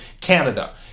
Canada